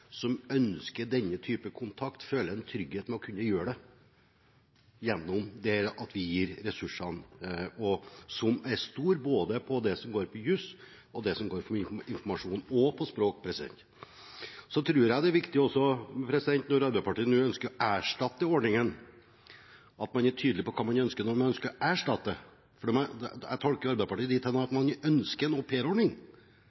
som ønsker denne type kontakt, føler en trygghet til å kunne gjøre det, der vi gir ressursene, som er store, både når det gjelder det som går på juss og det som går på informasjon – og på språk. Når Arbeiderpartiet nå ønsker å erstatte ordningen, tror jeg det er viktig at man er tydelig på hva man ønsker å erstatte den med. For jeg tolker Arbeiderpartiet dit hen at